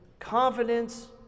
Confidence